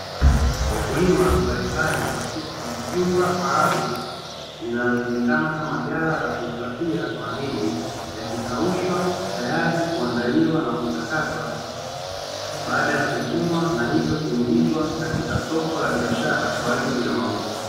Wakulima mbalimbali wakiwa kwenye jumba maalum linalojulikana kama ghala la kuhifadhiwa mahindi, yakikaushwa tayari kuandaliwa na kuchakatwa, baada ya kuvunwa na hivyo kuingizwa katika soko la biashara kwa ajili ya mauzo.